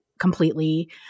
completely